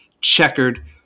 checkered